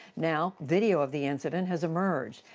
now video of the incident has emerged.